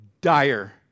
dire